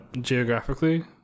geographically